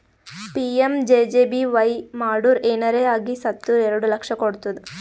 PMJJBY ಮಾಡುರ್ ಏನರೆ ಆಗಿ ಸತ್ತುರ್ ಎರಡು ಲಕ್ಷ ಕೊಡ್ತುದ್